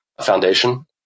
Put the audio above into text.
foundation